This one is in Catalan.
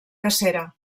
cacera